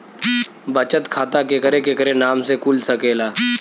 बचत खाता केकरे केकरे नाम से कुल सकेला